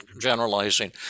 generalizing